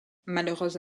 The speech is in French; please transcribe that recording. malheureuse